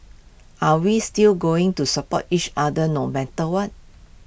are we still going to support each other no matter what